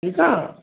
ठीकु आहे